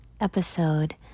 episode